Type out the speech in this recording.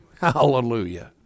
Hallelujah